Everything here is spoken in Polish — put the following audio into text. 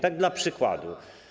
Tak dla przykładu.